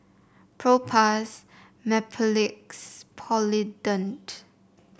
Propass Mepilex Polident